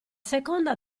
seconda